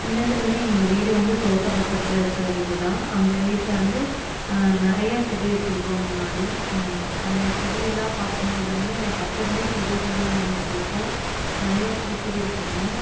சின்னதுலேருந்தே எங்கள் வீடு வந்து தோட்டம் பக்கத்தில் இருக்கிற வீடு தான் அந்த வீட்டில் வந்து நிறைய செடி வச்சுருப்போம் முன்னாடி அந்த செடியெல்லாம் பார்க்கும்போது வந்து எனக்கு அப்போருந்தே செடிகள்ன்னால் ரொம்ப பிடிக்கும் நிறைய பூச்செடி வச்சுருந்தோம்